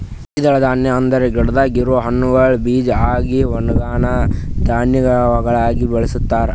ದ್ವಿದಳ ಧಾನ್ಯ ಅಂದುರ್ ಗಿಡದಾಗ್ ಇರವು ಹಣ್ಣುಗೊಳ್ ಬೀಜ ಆಗಿ ಒಣುಗನಾ ಧಾನ್ಯಗೊಳಾಗಿ ಬಳಸ್ತಾರ್